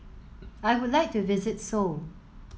I would like to visit Seoul